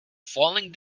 falling